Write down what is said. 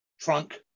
trunk